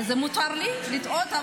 אז מותר לי לטעות.